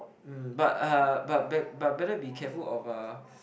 mm but uh but but but better be careful of uh